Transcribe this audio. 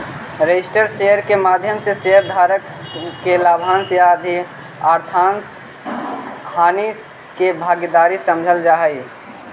registered share के माध्यम से शेयर धारक के लाभांश या आर्थिक हानि के भागीदार समझल जा हइ